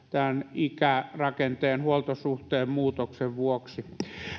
ikärakenteen ja huoltosuhteen muutoksen vuoksi